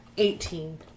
Eighteen